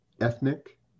ethnic